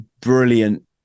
brilliant